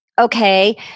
Okay